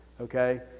okay